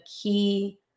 key